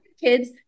kids